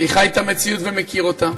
אני חי את המציאות ומכיר אותה.